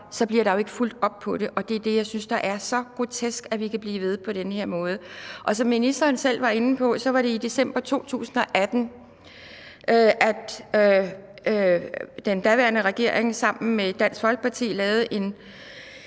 bliver der jo ikke fulgt op på det. Det er det, jeg synes er så grotesk, altså at vi kan blive ved på den her måde. Som ministeren selv var inde på, var det i december 2018, at den daværende regering sammen med Dansk Folkeparti lavede en